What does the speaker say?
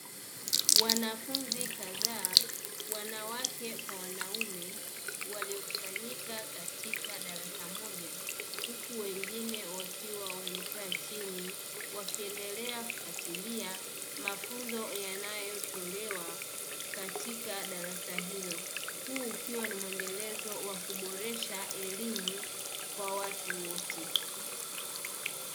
Wanafunzi kadhaa, wanawake kwa wanaume walio kusanyika katika darasa moja huku wengine wakiwa wamekaa chini wakiendelea kufatilia mafunzo yanayo tolewa katika darasa hilo, huu ukiwa ni muendelezo wa kuboresha elimu kwa watu wote.